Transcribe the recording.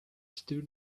stood